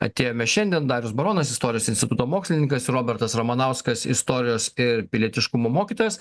atėjome šiandien darius baronas istorijos instituto mokslininkas robertas ramanauskas istorijos ir pilietiškumo mokytojas